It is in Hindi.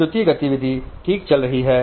विद्युत गतिविधि ठीक चल रही है